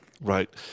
Right